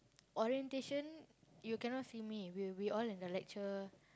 orientation you cannot see me we we all in the lecture